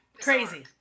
crazy